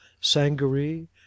sangaree